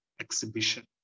exhibition